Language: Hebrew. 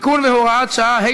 (תיקון והוראת שעה),